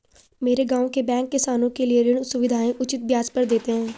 मेरे गांव के बैंक किसानों के लिए ऋण सुविधाएं उचित ब्याज पर देते हैं